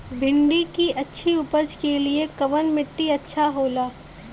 भिंडी की अच्छी उपज के लिए कवन मिट्टी अच्छा होला?